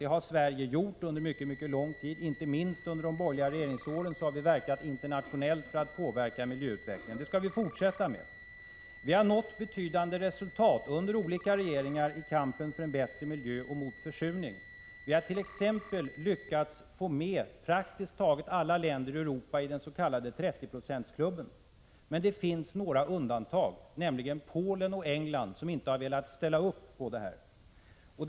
Det har Sverige gjort under mycket lång tid. Inte minst under de borgerliga regeringsåren verkade vi internationellt för att påverka miljöutvecklingen, och det skall vi fortsätta med. Vi har nått betydande resultat under olika regeringar i kampen för en bättre miljö och mot försurning. Vi har t.ex. lyckats få med praktiskt taget alla länder i Europa i den s.k. Trettioprocentsklubben, men det finns några undantag — nämligen Polen och England — som inte har velat ställa upp på detta.